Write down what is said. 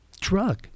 drug